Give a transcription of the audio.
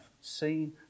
seen